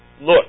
Look